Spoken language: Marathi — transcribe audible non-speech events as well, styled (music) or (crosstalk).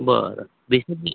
बरं (unintelligible)